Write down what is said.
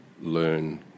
learn